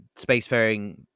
spacefaring